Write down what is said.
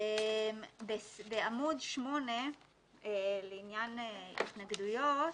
בעמוד 8 לעניין התנגדויות,